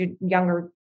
younger